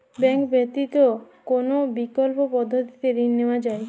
Bank ব্যতিত কোন বিকল্প পদ্ধতিতে ঋণ নেওয়া যায়?